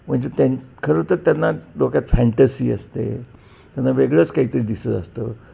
म्हणजे त्यां खरं तर त्यांना डोक्यात फॅन्टसी असते त्यांना वेगळंच काहीतरी दिसत असतं